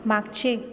मागचे